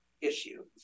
issue